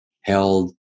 held